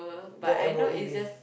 yeah M_O_E punya